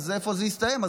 איפה זה יסתיים?